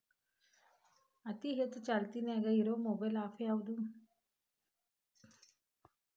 ಅತಿ ಹೆಚ್ಚ ಚಾಲ್ತಿಯಾಗ ಇರು ಮೊಬೈಲ್ ಆ್ಯಪ್ ಯಾವುದು?